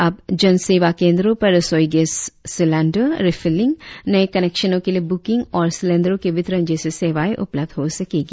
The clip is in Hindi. अब जन सेवा केंद्रो पर रसोई गैस सिलेन्डर रीफिलिंग नए कनेक्शनों के लिए बुकिंग और सिलेन्डरो के वितरण जैसी सेवाए उपलब्ध हो सकेगी